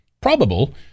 probable